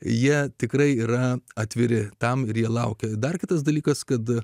jie tikrai yra atviri tam ir jie laukia dar kitas dalykas kad